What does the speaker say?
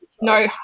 No